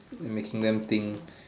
making them think